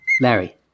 Larry